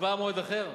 הצבעה במועד אחר?